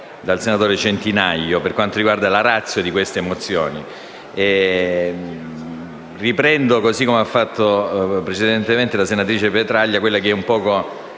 Grazie